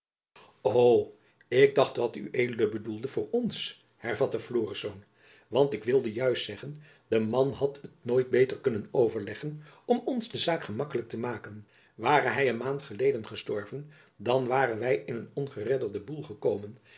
ik dacht dat ued bedoelde voor ons hervatte florisz want ik wilde juist zeggen de man had het nooit beter kunnen overleggen om ons de zaak gemakkelijk te maken ware hy een maand geleden gestorven dan waren wy in een ongeredderden boêl gekomen